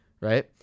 right